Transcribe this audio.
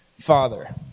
Father